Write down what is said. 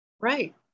Right